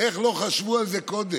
איך לא חשבו על זה קודם?